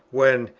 when,